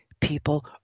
people